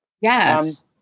Yes